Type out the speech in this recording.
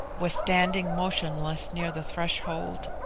was standing motionless near the threshold.